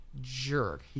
Jerk